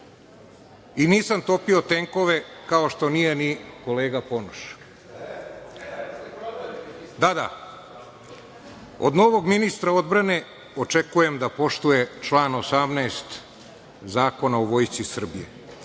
topio tenkove, kao što nije ni kolega Ponoš. Od novog ministra odbrane očekujem da poštuje član 18. Zakona o Vojsci Srbije.I,